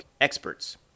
experts